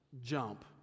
jump